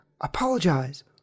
Apologize